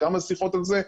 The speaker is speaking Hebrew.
וכמה שיחות על זה,